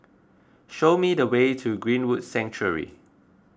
show me the way to Greenwood Sanctuary